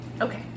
Okay